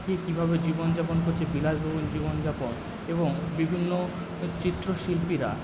কে কীভাবে জীবন যাপন করছে বিলাসবহুল জীবন যাপন এবং বিভিন্ন চিত্রশিল্পীরা